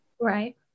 Right